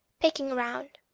picking round.